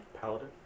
Paladin